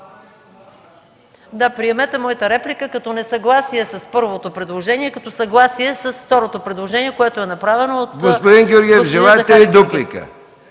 Да, приемете моята реплика като несъгласие с първото предложение и като съгласие с второто предложение, което е направено от господин Захари Георгиев.